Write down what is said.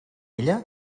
ella